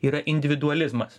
yra individualizmas